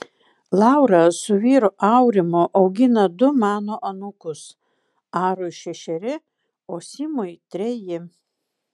laura su vyru aurimu augina du mano anūkus arui šešeri o simui treji